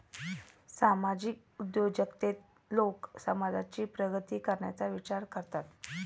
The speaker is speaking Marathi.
सामाजिक उद्योजकतेत लोक समाजाची प्रगती करण्याचा विचार करतात